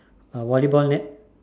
a volleyball net